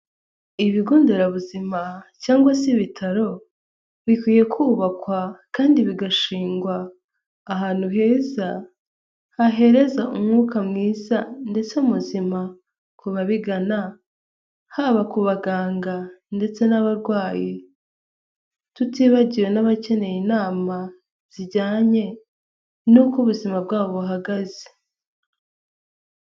Ibigo nderabuzima cyangwa se ibitaro bikwiye kubakwa kandi bigashingwa ahantu heza hahereza umwuka mwiza ndetse muzima ku babigana, haba ku baganga ndetse n'abarwayi tutibagiwe n'abakeneye inama zijyanye n'uko ubuzima bwabo buhagaze.